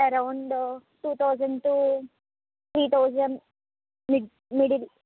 around two thousand to three thousand mid middle